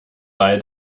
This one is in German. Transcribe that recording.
bei